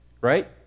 right